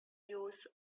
use